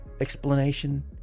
Explanation